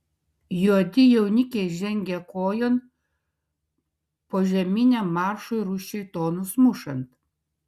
juodi jaunikiai žengia kojon požeminiam maršui rūsčiai tonus mušant